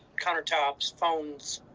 countertops, phones,